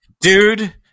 dude